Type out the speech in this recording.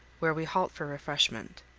where we halt for refreshment.